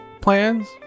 plans